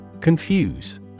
Confuse